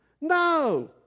No